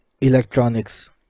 electronics